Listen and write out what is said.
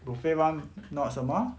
buffet [one] not 什么 ah